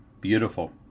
beautiful